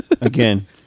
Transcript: Again